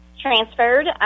transferred